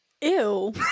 Ew